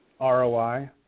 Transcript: ROI